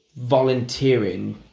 volunteering